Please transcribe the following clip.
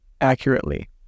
accurately